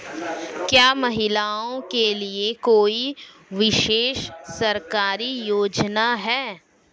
क्या महिलाओं के लिए कोई विशेष सरकारी योजना है?